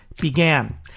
began